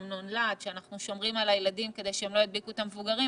אמנון להד שאנחנו שומרים על הילדים כדי שהם לא ידביקו את המבוגרים,